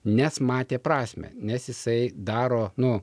nes matė prasmę nes jisai daro nu